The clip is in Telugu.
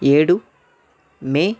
ఏడు మే